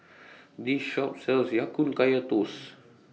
This Shop sells Ya Kun Kaya Toast